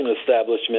establishment